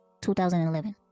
2011